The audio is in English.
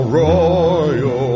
royal